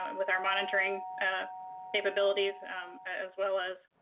um with our monitoring capabilities as well as